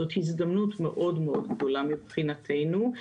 זו הזדמנות מאוד מאוד גדולה, מבחינתנו.